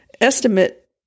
estimate